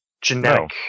genetic